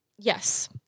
Yes